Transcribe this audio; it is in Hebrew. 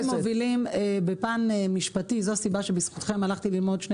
הקו שמובילים בפן משפטי זאת הסיבה שבזכותכם הלכתי ללמוד שני